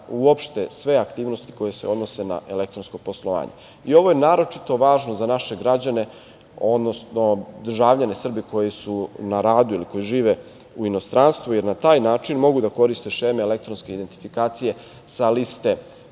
uopšte sve aktivnosti koje se odnose na elektronsko poslovanje. Ovo je naročito važno za naše građane, odnosno državljane Srbije koji su na radu ili koji žive u inostranstvu, jer na taj način mogu da koriste šeme elektronske identifikacije sa liste